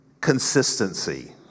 consistency